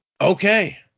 Okay